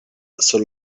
sur